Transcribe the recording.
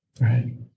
right